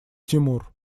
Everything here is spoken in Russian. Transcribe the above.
тимур